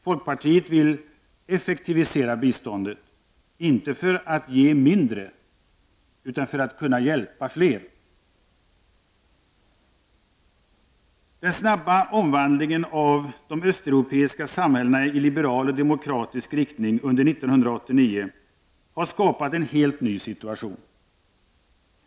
Folkpartiet vill effektivisera biståndet, inte för att ge mindre utan för att kunna hjälpa fler. Den snabba omvandlingen av de östeuropeiska samhällena i liberal och demokratisk riktning under 1989 har skapat en helt ny situation.